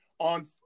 on